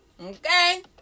Okay